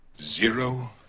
Zero